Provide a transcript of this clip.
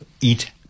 eat